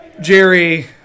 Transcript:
Jerry